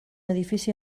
edifici